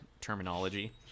terminology